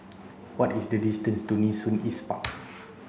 what is the distance to Nee Soon East Park